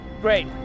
Great